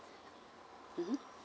mmhmm